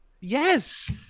Yes